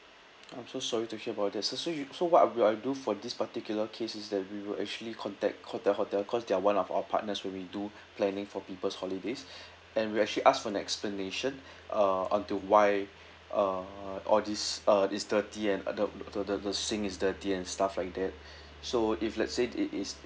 I'm so sorry to hear about this sir so you so what will I do for this particular case is that we will actually contact call the hotel cause they're one of our partners when we do planning for people's holidays and we actually ask for an explanation uh unto why uh all these uh is dirty and uh the the the the sink is dirty and stuff like that so if let's say it is